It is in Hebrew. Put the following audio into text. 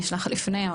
הוא נשלח לפני.